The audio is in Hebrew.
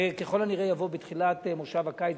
זה ככל הנראה יבוא בתחילת כנס הקיץ,